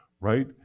Right